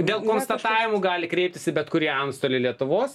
dėl konstatavimų gali kreiptis į bet kurį antstolį lietuvos